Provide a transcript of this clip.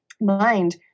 mind